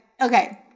okay